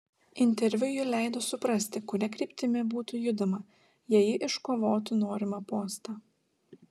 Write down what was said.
interviu ji leido suprasti kuria kryptimi būtų judama jei ji iškovotų norimą postą